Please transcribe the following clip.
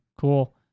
Cool